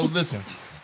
listen